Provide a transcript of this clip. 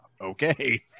okay